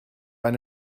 eine